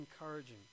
encouraging